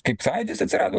kaip sąjūdis atsirado